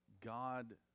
God